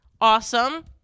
Awesome